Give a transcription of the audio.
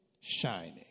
shining